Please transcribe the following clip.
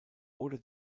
oder